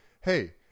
hey